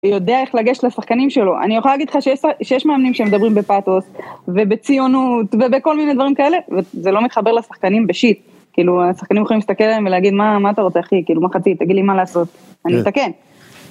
יודע איך לגשת לשחקנים שלו, אני יכולה להגיד לך שיש מאמנים שהם מדברים בפאטוס ובציונות ובכל מיני דברים כאלה וזה לא מתחבר לשחקנים בשיט, כאילו השחקנים יכולים להסתכל עליהם ולהגיד מה אתה רוצה אחי, כאילו מחצית תגיד לי מה לעשות, אני אסתכן.